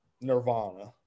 nirvana